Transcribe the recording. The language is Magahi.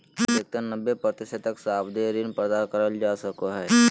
अधिकतम नब्बे प्रतिशत तक सावधि ऋण प्रदान कइल जा सको हइ